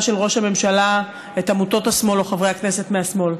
של ראש הממשלה את עמותות השמאל או את חברי הכנסת מהשמאל.